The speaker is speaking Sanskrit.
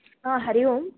आ हरि ओम्